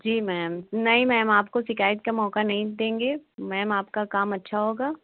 जी ma'am नहीं ma'am आपको शिकायत का मौका नहीं देंगे मैम आपका काम अच्छा होगा